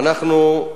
ואנחנו,